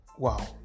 wow